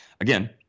again